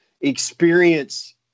experience